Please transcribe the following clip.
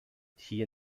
hier